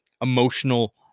emotional